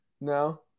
No